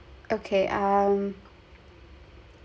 okay um